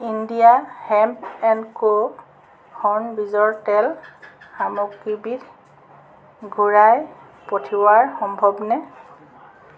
India hemp and co হৰ্ণ বীজৰ তেল সামগ্ৰীবিধ ঘূৰাই পঠিওৱা সম্ভৱনে